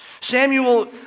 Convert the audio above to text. Samuel